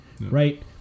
right